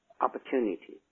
opportunity